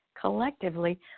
collectively